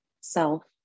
self